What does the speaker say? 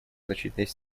значительной